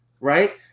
Right